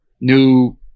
new